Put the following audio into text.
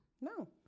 No